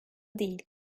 değil